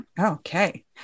Okay